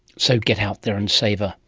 so get out there and savour.